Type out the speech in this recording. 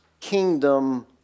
kingdom